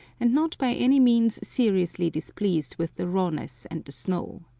and not by any means seriously displeased with the rawness and snow.